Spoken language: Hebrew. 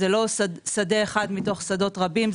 זה לא שדה אחד מתוך שדות רבים.